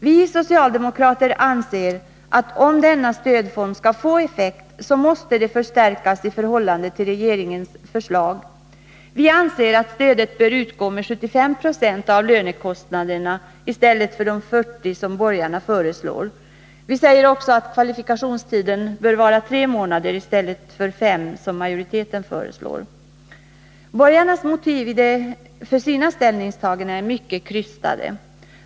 Vi socialdemokrater anser att om denna stödform skall få effekt måste den förstärkas i förhållande till regeringens förslag. Vi anser att stödet bör utgå med 70 26 av lönekostnaderna i stället för de 40 96 som borgarna föreslår. Kvalifikationstiden bör enligt vår mening vara tre månaders arbetslöshet i stället för fem månader som majoriteten föreslår. Borgarnas motiv för sina ställningstaganden är mycket krystade.